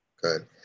Good